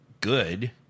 good